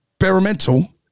Experimental